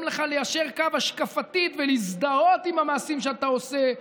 לך ליישר קו השקפתית ולהזדהות עם המעשים שאתה עושה.